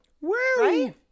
Right